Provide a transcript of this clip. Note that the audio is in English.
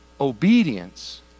Obedience